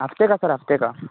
हफ्ते का सर हफ्ते का